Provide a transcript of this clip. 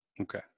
Okay